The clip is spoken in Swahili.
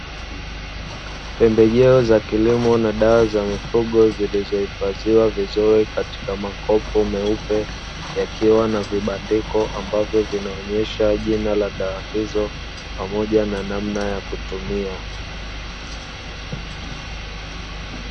Pembejeo za kilimo na dawa za mifugo zilizohifadhiwa vizuri katika makopo meupe, yakiwa na vibandiko ambavyo vinaonyesha jina la dawa hizo pamoja na namna ya kutumia.